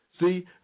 See